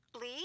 Lee